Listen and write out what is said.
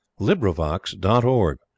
LibriVox.org